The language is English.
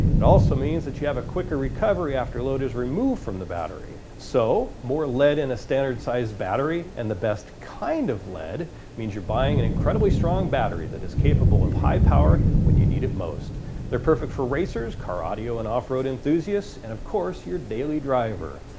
it also means you have a quicker recovery after load is removed from the battery. so more lead than and a standard size battery, and the best kind of lead means you're buying an incredibly strong battery that is capable of high power when you need it most they're perfect for races, car radio and off-road enthusiasts, and of course your daily driver,